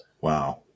Wow